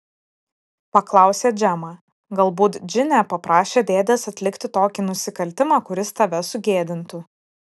paklausė džemą galbūt džine paprašė dėdės atlikti tokį nusikaltimą kuris tave sugėdintų